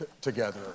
together